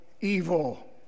evil